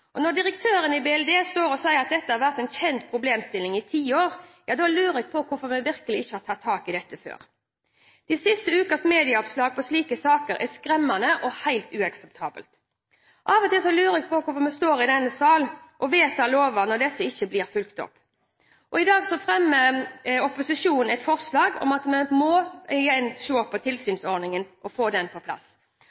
barnevernet. Når direktøren i Barne-, og likestillings- og integreringsdepartementet sier at dette har vært en kjent problemstilling i ti år, ja da lurer jeg på hvorfor en virkelig ikke har tatt tak i dette før. De siste ukers medieoppslag om slike saker er skremmende og helt uakseptable. Av og til lurer jeg på hvorfor vi står i denne sal og vedtar lover, når disse ikke blir fulgt opp. I dag fremmer opposisjonen et forslag om at vi må igjen se på